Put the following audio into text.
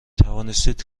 توانستید